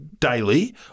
Daily